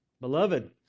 beloved